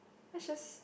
let's just